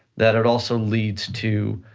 that it also leads to